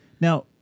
Now